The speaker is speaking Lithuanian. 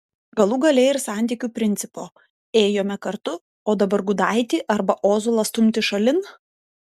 galų gale ir santykių principo ėjome kartu o dabar gudaitį arba ozolą stumti šalin